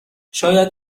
شاید